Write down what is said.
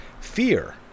Fear